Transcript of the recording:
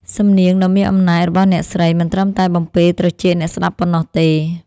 សំនៀងដ៏មានអំណាចរបស់អ្នកស្រីមិនត្រឹមតែបំពេរត្រចៀកអ្នកស្ដាប់ប៉ុណ្ណោះទេ។